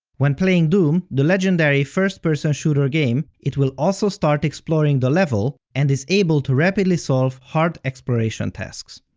when playing doom, the legendary first-person shooter game, it will also start exploring the level and is able to rapidly solve hard exploration tasks.